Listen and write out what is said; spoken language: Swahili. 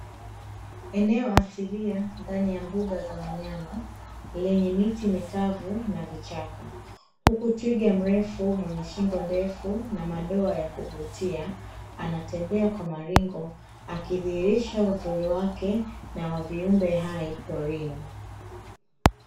Eneo asilia ndani ya mbuga za wanyama lenye miti mikavu na vichaka, huku twiga mrefu mwenye shingo ndefu na madoa ya kuvutia anatembea kwa maringo akidhihirisha uzuri wake na wa viumbe hai porini.